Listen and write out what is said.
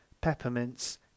peppermints